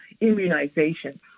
immunization